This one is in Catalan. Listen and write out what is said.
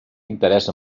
interès